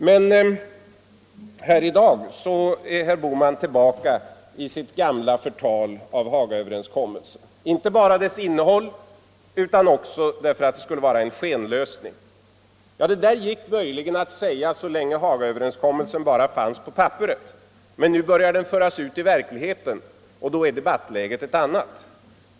Men i dag är herr Bohman kvar i sitt gamla förtal av Hagaöverenskommelsen. Han vänder sig inte bara mot dess innehåll utan också mot att den skulle vara en skenlösning. Ja, det gick möjligen att säga detta så länge Hagaöverenskommelsen bara fanns på papperet, men nu kommer den ut i verkligheten, och då är debattläget ett annat.